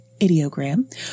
ideogram